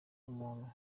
umuntu